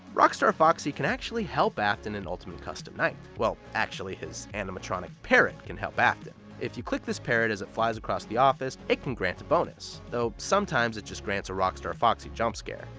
rockstar foxy can actually help afton in ultimate custom night! well, actually, his animatronic parrot can help afton. if you click this parrot as it flies across the office, it can grant a bonus, though sometimes it just grants a rockstar foxy jumpscare.